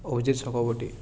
Abhijit Chakraborty